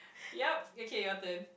yup okay your turn